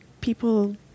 people